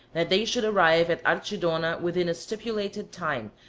that they should arrive at archidona within a stipulated time,